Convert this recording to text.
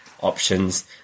options